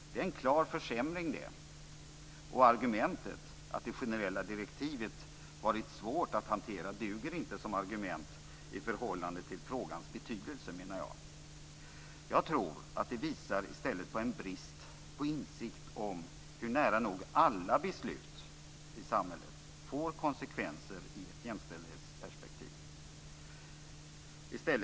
Detta är en klar försämring. Argumentet att det generella direktivet varit svårt att hantera duger inte som argument i förhållande till frågans betydelse, menar jag. Jag tror att det i stället visar på en brist på insikt om hur nära nog alla beslut i samhället får konsekvenser i ett jämställdhetsperspektiv.